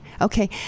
Okay